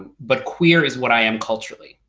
but queer is what i am culturally.